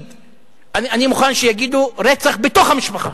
אני מוכן שיגידו: רצח בתוך המשפחה.